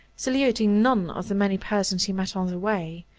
saluting none of the many persons he met on the way,